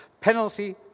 Penalty